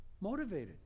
Motivated